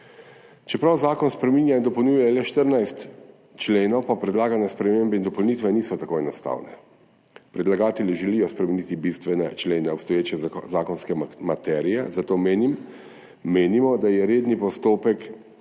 Čeprav zakon spreminja in dopolnjuje le 14 členov, pa predlagane spremembe in dopolnitve niso tako enostavne. Predlagatelji želijo spremeniti bistvene člene obstoječe zakonske materije, zato menimo, da je redni postopek